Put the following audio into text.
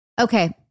Okay